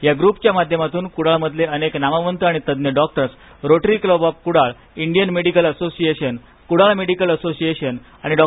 या ग्रॅपच्या माध्यमातून कुडाळ मधले अनेक नामवंत आणि तज्ञ doctors rotary club of Kudal Indian medical association Kudal medical association आणि डॉ